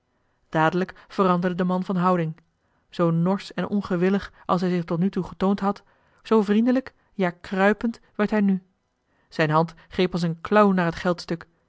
dadelijk veranderde de man van houding zoo norsch en ongewillig als hij zich tot nu toe getoond had zoo vriendelijk ja kruipend werd hij nu zijn hand greep als een klauw naar het